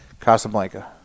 Casablanca